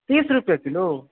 तीस रुपैए किलो